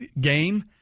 game